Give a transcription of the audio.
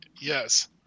Yes